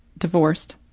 divorced